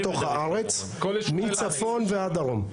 בתוך הארץ מצפון ועד דרום.